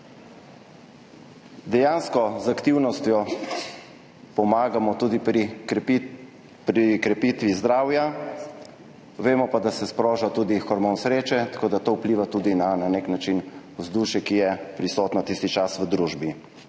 Dejansko z aktivnostjo pomagamo tudi pri krepitvi zdravja, vemo pa, da se sproža tudi hormon sreče, tako da to vpliva tudi na nek način na vzdušje, ki je prisotno tisti čas v družbi.